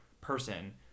person